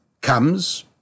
comes